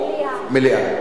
מליאה.